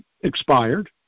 expired